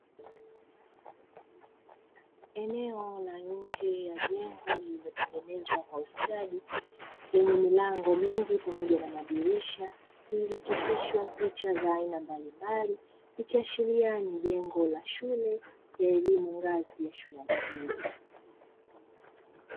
Eneo la nje ya jengo lililotengenezwa kwa ustadi lenye milango mingi pamoja na madirisha, lililochapishwa picha za aina mbalimbali, ikiashiria ni jengo la shule ya elimu ngazi ya shule ya msingi.